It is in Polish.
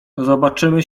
zobaczymy